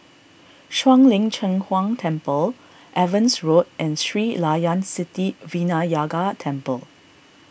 Shuang Lin Cheng Huang Temple Evans Road and Sri Layan Sithi Vinayagar Temple